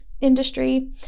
industry